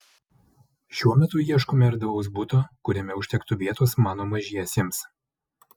šiuo metu ieškome erdvaus buto kuriame užtektų vietos mano mažiesiems